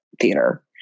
theater